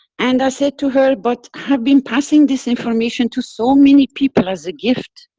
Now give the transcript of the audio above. and i said to her, but have been passing this information to so many people as a gift,